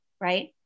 right